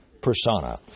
persona